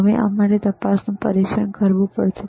હવે અમારે તપાસનું પરીક્ષણ કરવું પડશે